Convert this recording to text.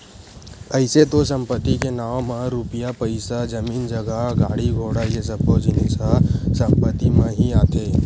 अइसे तो संपत्ति के नांव म रुपया पइसा, जमीन जगा, गाड़ी घोड़ा ये सब्बो जिनिस ह संपत्ति म ही आथे